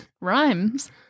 rhymes